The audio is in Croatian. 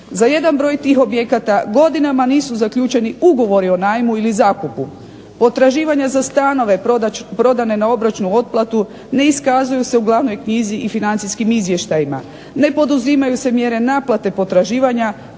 za jedan broj tih objekata godinama nisu zaključeni ugovoru o najmu ili zakupu, potraživanja za stanove na obročnu otplatu ne iskazuju se u glavnoj knjizi i financijskim izvještajima, ne poduzimaju se mjere naplate potraživanja